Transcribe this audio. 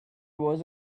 was